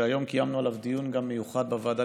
שהיום קיימנו עליו גם דיון מיוחד בוועדה